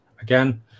again